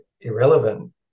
irrelevant